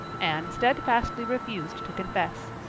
anne steadfastly refused to confess.